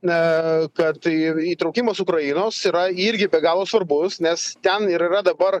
na kad tai ir įtraukimas ukrainos yra irgi be galo svarbus nes ten ir yra dabar